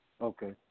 Okay